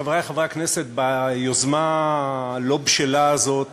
חברי חברי הכנסת, ביוזמה הלא-בשלה הזאת